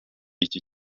iki